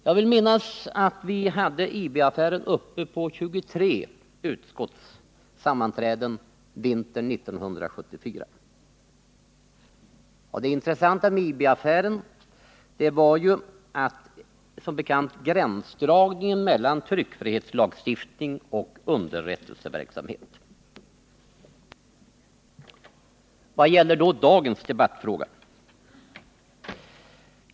Jag vill minnas att vi hade IB-affären uppe på 23 utskottssammanträden vintern 1974. Det intressanta med IB-affären var som bekant gränsdragningen mellan tryckfrihetslagstiftningen och underrättelseverksamheten. Vad gäller då dagens debattfråga?